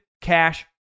Cash